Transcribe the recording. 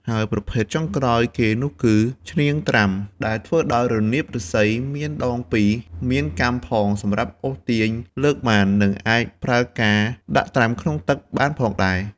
ហើយប្រភេទចុងក្រោយគេនោះគឹ ឈ្នាងត្រាំ ដែលធ្វើដោយរនាបឫស្សី មានដង២ មានកាំផងសម្រាប់អូសទាញលើកបាន និងអាចប្រើការដាក់ត្រាំក្នុងទឹកបានផងដែរ។